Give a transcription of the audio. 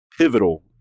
pivotal